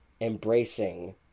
embracing